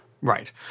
Right